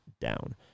Down